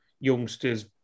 youngsters